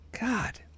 God